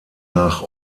nach